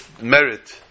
merit